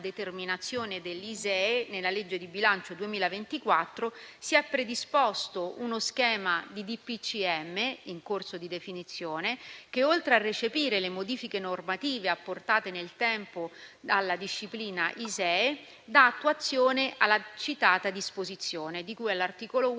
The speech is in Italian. determinazione dell'ISEE, nella legge di bilancio 2024 si è predisposto uno schema di DPCM, in corso di definizione, che, oltre a recepire le modifiche normative apportate nel tempo dalla disciplina ISEE, dà attuazione alla citata disposizione di cui all'articolo 1,